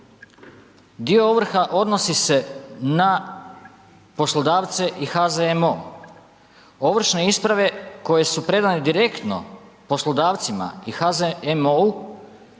dio ovrha odnosi se na poslodavce i HZMO. Ovršne isprave koje su predane direktno poslodavcima i HZMO-u